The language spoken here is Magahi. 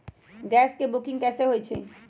गैस के बुकिंग कैसे होईछई?